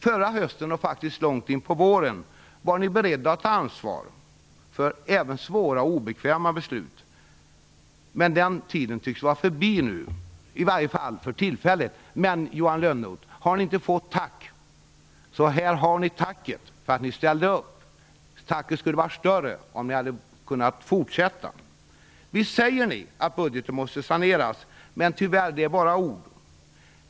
Förra hösten och långt in på våren var ni beredda att ta ansvar även för svåra och obekväma beslut, men den tiden tycks nu vara förbi - i varje fall för tillfället. Men, Johan Lönnroth, har ni inte fått tack förut så har ni här tacket för att ni ställde upp. Tacket skulle ha varit större om ni hade kunnat fortsätta. Visst säger ni att budgeten måste saneras, men tyvärr är det bara ord.